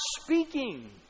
speaking